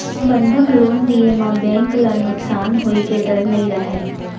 बंधक लोन दिये म बेंक ल नुकसान होए के डर नई रहय